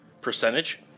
percentage